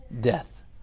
Death